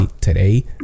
today